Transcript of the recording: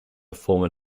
former